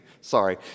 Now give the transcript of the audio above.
sorry